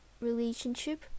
relationship